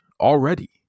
already